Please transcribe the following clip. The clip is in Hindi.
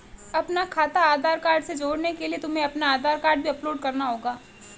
अपना खाता आधार कार्ड से जोड़ने के लिए तुम्हें अपना आधार कार्ड भी अपलोड करना होगा